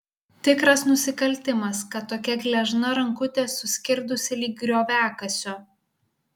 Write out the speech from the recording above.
tikras nusikaltimas kad tokia gležna rankutė suskirdusi lyg grioviakasio